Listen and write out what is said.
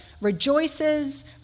rejoices